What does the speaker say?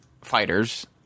fighters